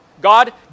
God